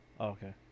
okay